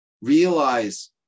realize